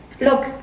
look